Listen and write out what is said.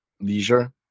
leisure